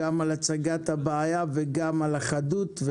גם על הצגת הבעיה וגם על החדות,